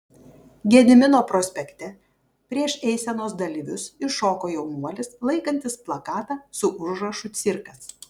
gedimino prospekte prieš eisenos dalyvius iššoko jaunuolis laikantis plakatą su užrašu cirkas